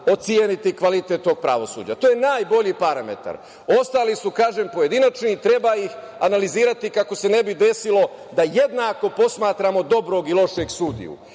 oceniti kvalitet tog pravosuđa. To je najbolji parametar. Ostali su, kažem, pojedinačni i treba ih analizirati kako se ne bi desilo da jednako posmatramo dobrog i lošeg sudiju.I